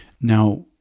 Now